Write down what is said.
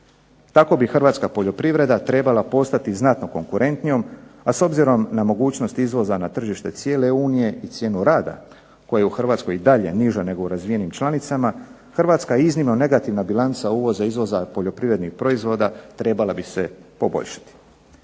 Tako bi Hrvatska poljoprivreda trebala postati znatno konkurentnijom, a s obzirom na mogućnost izvoza na tržište cijele Unije i cijenu rada koju u Hrvatskoj i dalje niža nego u ostalim državama članicama, Hrvatska je iznimno negativna bilanca uvoza i izvoza poljoprivrednih proizvoda trebala bi se poboljšati.